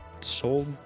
sold